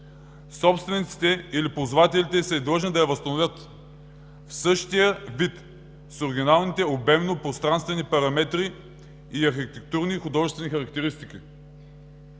собствениците или ползвателите й са длъжни да я възстановят в същия вид с оригиналните обемно-пространствени параметри и архитектурни, и художествени характеристики.